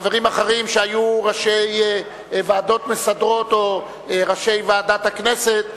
חברים אחרים שהיו ראשי ועדות מסדרות או ראשי ועדת הכנסת,